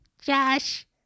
Josh